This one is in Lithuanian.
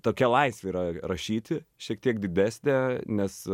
tokia laisvė yra rašyti šiek tiek didesnė nes